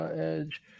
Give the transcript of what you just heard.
Edge